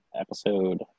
episode